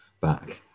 back